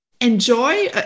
enjoy